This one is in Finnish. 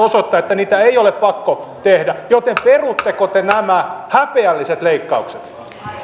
osoittaa että niitä ei ole pakko tehdä joten perutteko te nämä häpeälliset leikkaukset